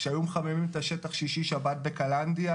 שהיו מחממים את השטח שישי-שבת בקלנדיה.